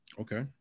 Okay